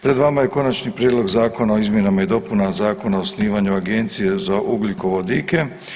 Pred vama je Konačni prijedlog zakona o izmjenama i dopunama Zakona o osnivanju Agencije za ugljikovodike.